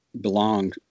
belong